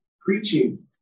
Preaching